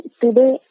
today